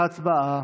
הצבעה.